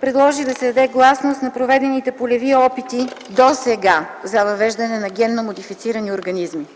предложи да се даде гласност на проведените полеви опити досега за въвеждане на генномодифицирани организми.